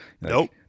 Nope